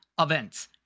events